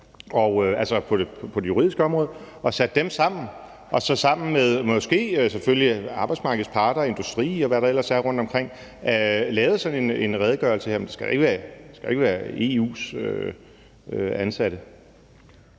og satte dem sammen til sammen med selvfølgelig arbejdsmarkedets parter, industri, og hvad der ellers er rundtomkring, at lave sådan en redegørelse her. Men det skal da ikke være EU's ansatte.